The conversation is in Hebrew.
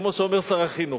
כמו שאומר שר החינוך.